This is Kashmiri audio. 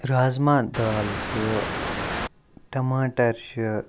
رازمہ دال چھِ ٹَماٹَر چھِ